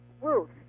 Ruth